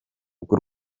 bw’u